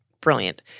brilliant